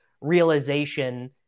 realization